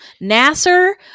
Nasser